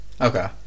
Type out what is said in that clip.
Okay